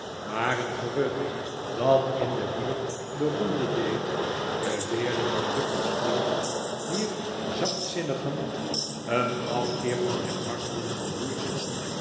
maar een gerucht dat in de buurt de ronde deed beweerde dat juffrouw squeers wier zachtzinnig gemoed een afkeer van het martelen van dieren had